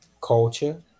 culture